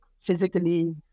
physically